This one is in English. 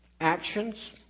Actions